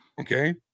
okay